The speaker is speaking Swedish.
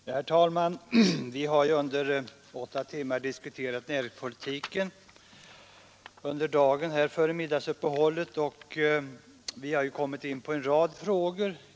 Herr talman! Vi har under åtta timmar före middagsuppehållet diskuterat näringspolitiken och vi har därvid kommit in på en rad frågor.